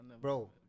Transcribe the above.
Bro